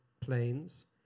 planes